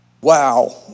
wow